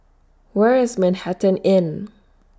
Where IS Manhattan Inn